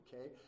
okay